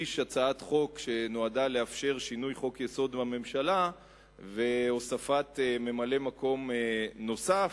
הצעת חוק שנועדה לאפשר שינוי חוק-יסוד בממשלה והוספת ממלא-מקום נוסף,